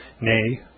nay